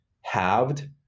halved